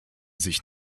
sich